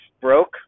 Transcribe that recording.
broke